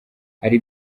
hari